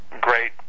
great